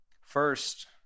First